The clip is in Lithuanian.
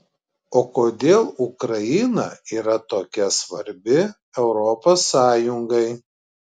o kodėl ukraina yra tokia svarbi europos sąjungai